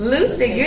Lucy